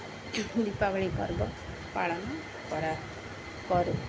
ଏହି ଦୀପାବଳି ପର୍ବ ପାଳନ କରାଉ କରୁ